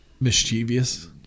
mischievous